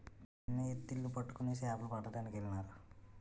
చిన్న ఎత్తిళ్లు పట్టుకొని సేపలు పట్టడానికెళ్ళినారు